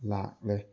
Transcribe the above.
ꯂꯥꯛꯂꯦ